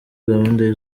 gahunda